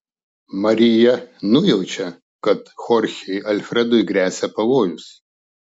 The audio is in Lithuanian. marija nujaučia kad chorchei alfredui gresia pavojus